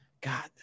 God